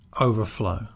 overflow